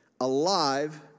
alive